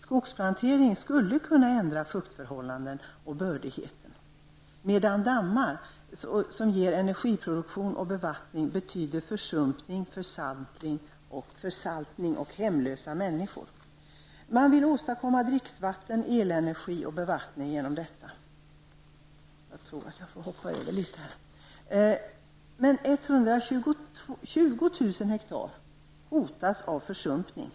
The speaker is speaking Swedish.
Skogsplanteringar skulle kunna förändra fuktförhållanden och bördigheten. Dammar som ger energiproduktion och bevattning betyder försumpning, försaltning och hemlösa människor. Man vill åstadkomma dricksvatten, elenergi och bevattning. 120 000 hektar mark hotas av försumpning.